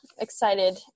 excited